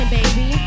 baby